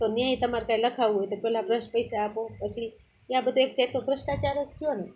તો ત્યાંય તમારે કાંઈ લખાવું હોય તો પહેલાં પ્લસ પૈસા આપો પછી એ આ બધો એક જાતનો ભ્રષ્ટાચાર જ થયો ને